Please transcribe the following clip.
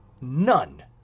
None